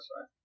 right